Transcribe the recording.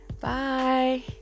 Bye